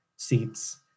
seats